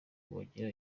bagira